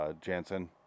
Jansen